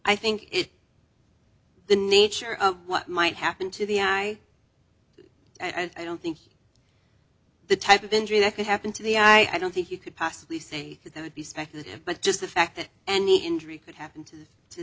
i think it's the nature of what might happen to the eye i don't think the type of injury that could happen to the i don't think you could possibly say that that would be speculative but just the fact that any injury could happen to